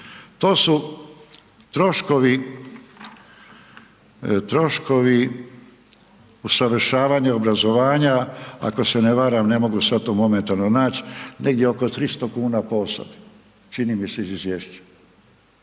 to su troškovi usavršavanja, obrazovanja, ako se ne varam, ne mogu sada to momentalno, naći, negdje oko 300 kn po osobi, čini mi se po izvješću,